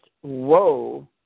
whoa